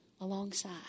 alongside